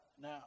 Now